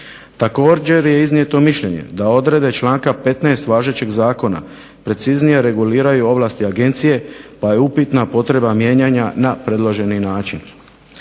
Također je iznijeto mišljenje da odredbe članka 15. važećeg zakona preciznije reguliraju ovlasti agencije pa je upitna potreba mijenjanja na predloženi način.